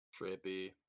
trippy